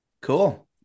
Cool